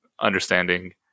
understanding